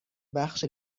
بخش